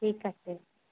ঠিক আছে